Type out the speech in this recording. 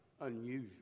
unusual